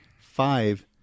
Five